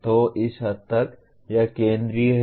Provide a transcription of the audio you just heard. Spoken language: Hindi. तो इस हद तक यह केंद्रीय है